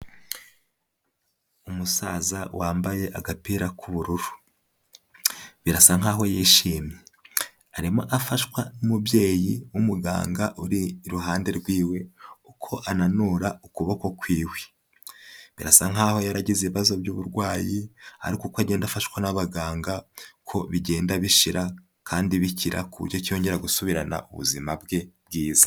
Umusaza wambaye agapira k'ubururu, birasa nk'aho yishimye, arimo afashwa n'umubyeyi w'umuganga uri iruhande rw'iwe, uko ananura ukuboko kw'iwe, birasa nk'aho yaragize ibibazo by'uburwayi ariko uko agenda afashwa n'abaganga, niko bigenda bishira kandi bikira ku buryo cyongera gusubirana ubuzima bwe bwiza.